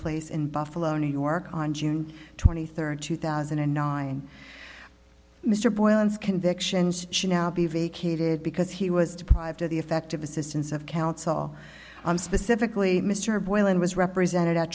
place in buffalo new york on june twenty third two thousand and nine mr boylan's convictions should now be vacated because he was deprived of the effective assistance of counsel i'm specifically mr boylan was represented